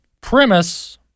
premise